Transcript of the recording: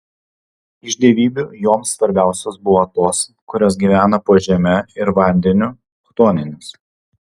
iš dievybių joms svarbiausios buvo tos kurios gyvena po žeme ir vandeniu chtoninės